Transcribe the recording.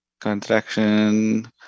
contraction